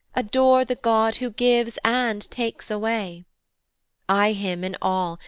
adore the god who gives and takes away eye him in all,